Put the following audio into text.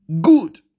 good